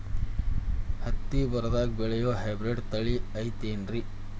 ಹತ್ತಿ ಬರದಾಗ ಬೆಳೆಯೋ ಹೈಬ್ರಿಡ್ ತಳಿ ಐತಿ ಏನ್ರಿ?